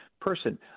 person